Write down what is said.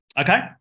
Okay